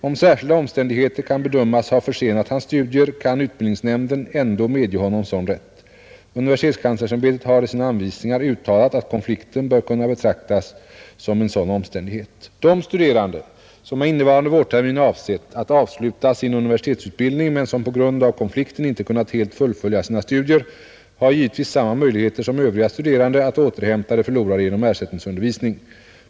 Om särskilda omständigheter kan bedömas ha försenat hans studier kan utbildningsnämnden ändå medge honom sådan rätt. Universitetskanslersämbetet har i sina anvisningar uttalat att konflikten bör kunna betraktas som en sådan omständighet. De studerande, som med innevarande vårtermin avsett att avsluta sin universitetsutbildning men som på grund av konflikten inte kunnat helt fullfölja sina studier, har givetvis samma möjligheter som övriga studeran de att återhämta det förlorade genom ersättningsundervisning.